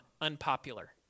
unpopular